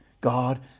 God